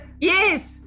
Yes